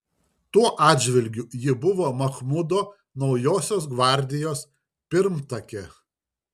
tuo atžvilgiu ji buvo machmudo naujosios gvardijos pirmtakė